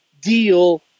deal